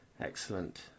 Excellent